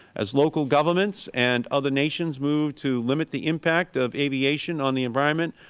as local governments and other nations move to limit the impact of aviation on the environment,